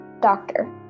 Doctor